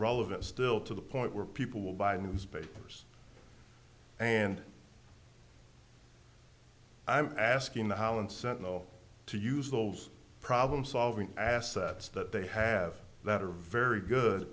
relevant still to the point where people will buy newspapers and i'm asking the holland sentinel to use those problem solving assets that they have that are very good